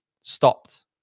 stopped